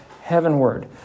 heavenward